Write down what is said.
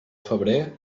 febrer